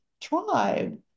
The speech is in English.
tribe